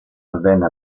avvenne